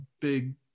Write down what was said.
big